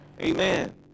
amen